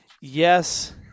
yes